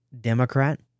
Democrat